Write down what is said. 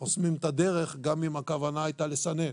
חוסמים את הדרך, גם אם הכוונה הייתה לסנן,